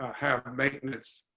have maintenance